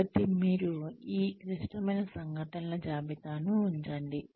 కాబట్టి మీరు ఈ క్లిష్టమైన సంఘటనల జాబితాను ఉంచండి